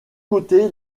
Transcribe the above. côté